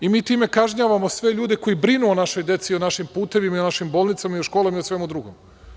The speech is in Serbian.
I, mi time kažnjavamo sve ljude koji brinu o našoj deci, o našim putevima o našim bolnicama, školama i o svemu drugom.